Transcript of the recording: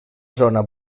zona